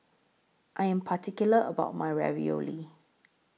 I Am particular about My Ravioli